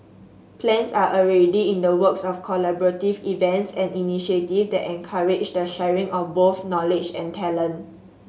plans are already in the works of collaborative events and initiatives that encourage the sharing of both knowledge and talent